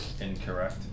incorrect